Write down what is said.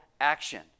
action